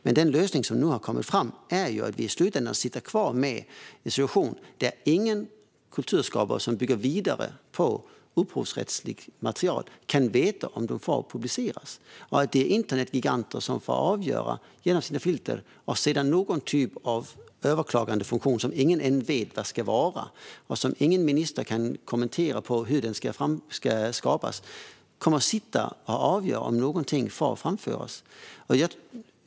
Men den lösning som nu har kommit fram innebär att vi i slutändan sitter i en situation där ingen kulturskapare som bygger vidare på upphovsrättsskyddat material kan veta om det får publiceras och där internetgiganter får avgöra genom sina filter. Det ska också finnas någon typ av överklagandefunktion som ingen ännu vet hur den ska se ut. Ingen minister kan än så länge kommentera hur den ska skapas, men den ska avgöra om någonting får framföras.